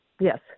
Yes